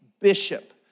bishop